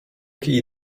kij